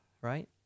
right